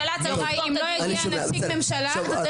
כי אם אין פה נציג ממשלה צריך לעצור את הדיון.